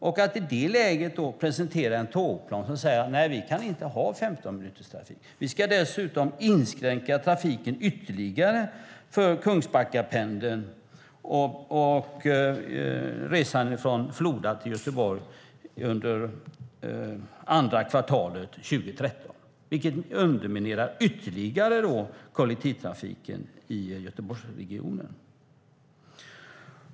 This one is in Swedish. När man i det läget presenterar en tågplan som säger att man inte kan ha 15-minuterstrafik och dessutom ska inskränka trafiken ytterligare för Kungsbackapendeln och resande från Floda till Göteborg under andra kvartalet 2013 underminerar det ytterligare kollektivtrafiken i Göteborgsregionen.